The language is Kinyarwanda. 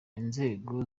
inzego